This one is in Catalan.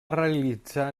realitzar